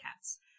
cats